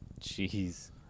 Jeez